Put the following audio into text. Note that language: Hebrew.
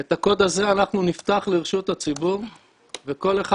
את הקוד הזה אנחנו נפתח לרשות הציבור וכל אחד